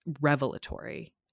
revelatory